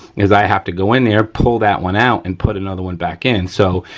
is i have to go in there, pull that one out, and put another one back in so,